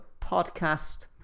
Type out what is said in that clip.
podcast